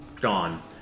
gone